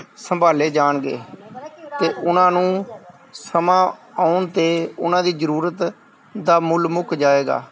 ਸੰਭਾਲੇ ਜਾਣਗੇ ਅਤੇ ਉਹਨਾਂ ਨੂੰ ਸਮਾਂ ਆਉਣ 'ਤੇ ਉਹਨਾਂ ਦੀ ਜ਼ਰੂਰਤ ਦਾ ਮੁੱਲ ਮੁੱਕ ਜਾਵੇਗਾ